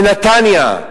מנתניה,